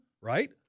right